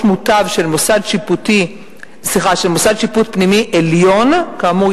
מותב של מוסד שיפוט פנימי עליון" כאמור,